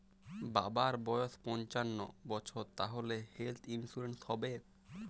বাবার বয়স পঞ্চান্ন বছর তাহলে হেল্থ ইন্সুরেন্স হবে?